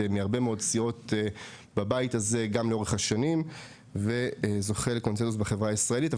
מהרבה מאוד סיעות בבית הזה גם לאורך השנים וזוכה לקונצנזוס בחברה הישראלית.